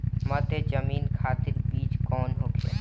मध्य जमीन खातिर बीज कौन होखे?